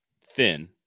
thin